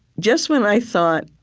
just when i thought,